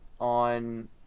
on